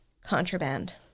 contraband